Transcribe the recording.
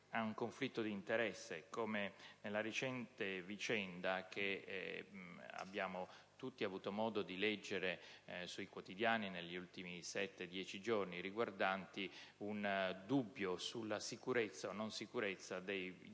ad un conflitto di interesse, come nella recente vicenda che abbiamo tutti avuto modo di leggere sui quotidiani negli ultimi dieci giorni, riguardante un dubbio sulla sicurezza o non sicurezza degli